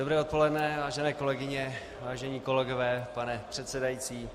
Dobré odpoledne, vážené kolegyně, vážení kolegové, pane předsedající.